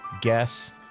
guess